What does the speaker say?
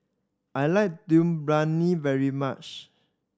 I like Dum Briyani very much